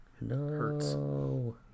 No